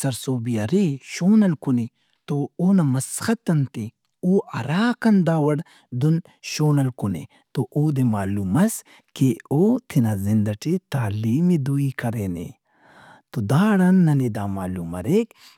سرسہبی ارے، شون ہلکنے تو اونا مسخت انت اے او اراکان داوڑ دہن شون ہلکنے تو اودے معلوم مس کہ او تینا زند ئٹے تعلیم ئے دُوئی کرینے۔ تو داڑان ننے دا معلوم مریک۔